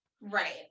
right